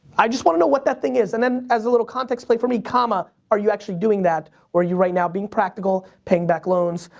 i just wanna know what that thing is and then as a little context play for me comma are you actually doing that or are you right now being practical, paying back loans,